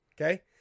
Okay